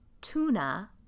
tuna